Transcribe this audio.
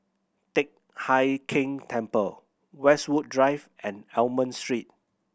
Teck Hai Keng Temple Westwood Drive and Almond Street